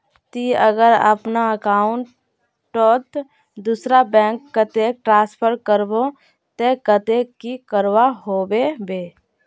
ती अगर अपना अकाउंट तोत दूसरा बैंक कतेक ट्रांसफर करबो ते कतेक की करवा होबे बे?